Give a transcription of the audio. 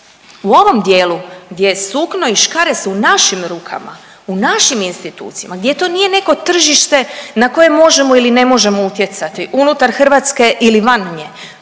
u ovom dijelu gdje sukno i škare su u našim rukama, u našim institucijama, gdje to nije neko tržište na koje možemo ili ne možemo utjecati unutar Hrvatske ili van nje